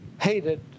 hated